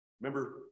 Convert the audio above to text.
remember